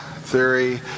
theory